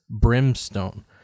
Brimstone